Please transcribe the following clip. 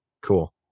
cool